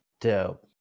Dope